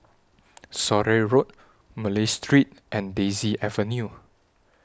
Surrey Road Malay Street and Daisy Avenue